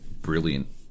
brilliant